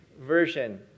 Version